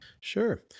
Sure